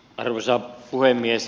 arvoisa puhemies